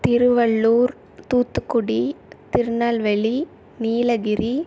Tiruvallur Thoothukudi Tirunelveli Nilgiri